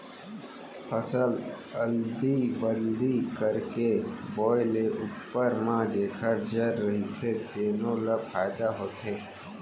फसल अदली बदली करके बोए ले उप्पर म जेखर जर रहिथे तेनो ल फायदा होथे